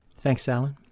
thanks, alan.